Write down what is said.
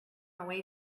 away